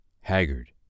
haggard